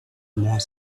more